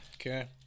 Okay